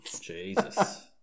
Jesus